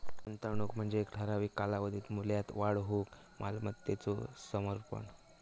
गुंतवणूक म्हणजे ठराविक कालावधीत मूल्यात वाढ होऊक मालमत्तेचो समर्पण